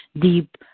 deep